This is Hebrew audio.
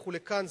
לכו לכאן,